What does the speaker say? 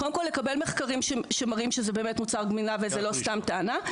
קודם כל לקבל מחקרים שמראים שזה באמת מוצר גמילה וזו לא סתם טענה,